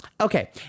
Okay